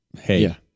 Hey